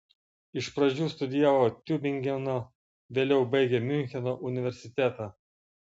iš pradžių studijavo tiubingeno vėliau baigė miuncheno universitetą